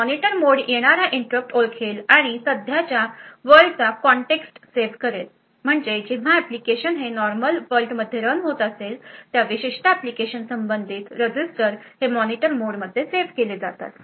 तर monitor mode येणारा interrupt ओळखेल आणि सध्याच्या वर्ल्डचा कन्टॅक्स्ट सेव्ह करेल म्हणजे जेव्हा एप्लीकेशन हे नॉर्मल वर्ल्ड मध्ये रन होत असेल त्या विशिष्ट एप्लीकेशन संबंधित रजिस्टर हे मॉनिटर मोडमध्ये सेव केले जातात